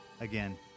again